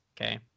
okay